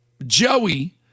Joey